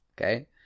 Okay